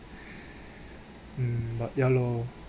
um but ya loh